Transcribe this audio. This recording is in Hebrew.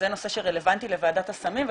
זה נושא שרלוונטי לוועדת הסמים,